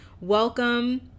welcome